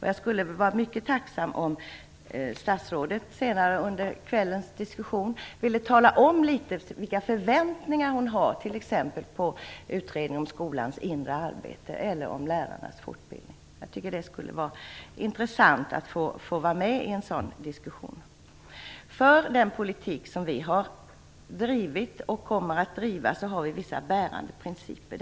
Jag skulle vara mycket tacksam om statsrådet senare under kvällens diskussion ville säga något om vilka förväntningar hon har t.ex. på utredningen om skolans inre arbete eller om lärarnas fortbildning. Det skulle vara intressant att få vara med i en sådan diskussion. Den politik som vi har drivit och kommer att driva har vissa bärande principer.